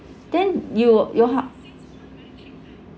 then you you ha~